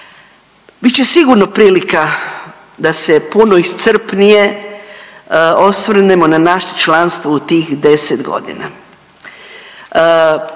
Bit će sigurno prilika da se puno iscrpnije osvrnemo na naše članstvo u tih 10 godina.